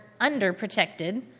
underprotected